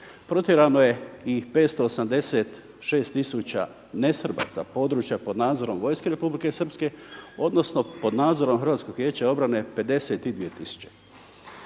Protjerano je i 586 tisuća ne-Srba sa područja pod nadzorom vojske Republike srpske, odnosno pod nadzorom Hrvatskog vijeća odbrane 52